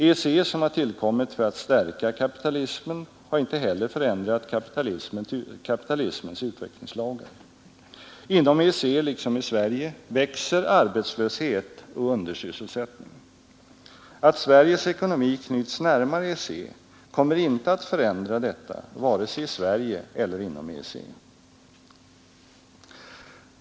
EEC som har tillkommit för att stärka kapitalismen har inte heller förändrat kapitalismens utvecklingslagar. Inom EEC liksom i Sverige växer arbetslöshet och undersysselsättning. Att Sveriges ekonomi knyts närmare E detta vare sig i Sverige eller inom EEC.